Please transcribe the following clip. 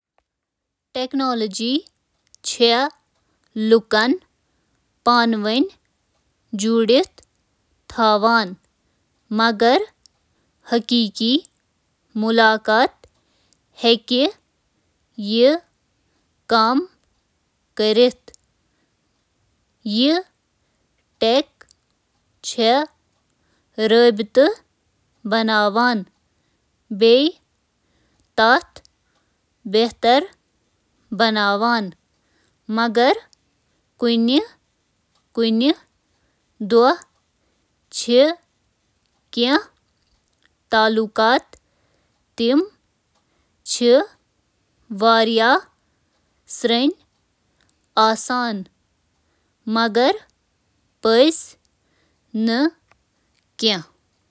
بہتر مواصلات، تجرباتن ہنٛد اشتراک کرتھ، تہٕ وسائلن تام رسائی فراہم کرتھ انسٲنی تعلقاتن تشکیل دینس منٛز چھ ٹیکنالوجی اہم کردار ادا کران: